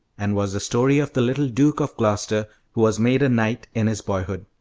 and was the story of the little duke of gloster who was made a knight in his boyhood.